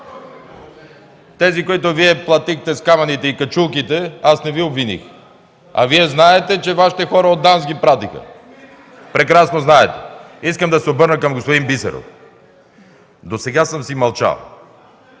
Тези, на които Вие платихте – с камъните и качулките. Аз не Ви обвиних. А Вие знаете, че Вашите хора от нас ги пратиха. Прекрасно знаете. Искам да се обърна към господин Бисеров. Досега съм си мълчал.